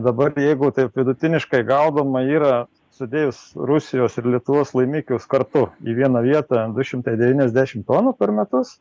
dabar jeigu taip vidutiniškai gaudoma yra sudėjus rusijos ir lietuvos laimikius kartu į vieną vietą du šimtai devyniasdešim tonų per metus